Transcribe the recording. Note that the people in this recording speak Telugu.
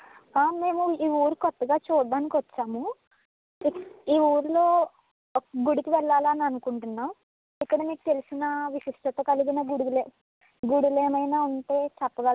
ఆ మేము ఈ ఊరు కొత్తగా చూడడానికి వచ్చాము ఈ ఊరిలో ఒక గుడికి వెళ్ళాలని అనుకుంటున్నాం ఇక్కడ మీకు తెలిసిన విశిష్టత కలిగిన గుడుగులేమ్ గుడులు ఏమైనా ఉంటే చెప్పగలరా